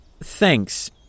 Thanks